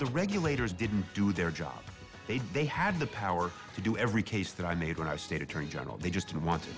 the regulators didn't do their job they had the power to do every case that i made when i was state attorney general they just want to